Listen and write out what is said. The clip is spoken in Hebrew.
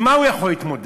עם מה הוא יכול להתמודד?